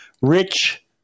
Rich